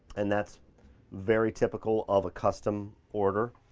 and that's very typical of a custom order.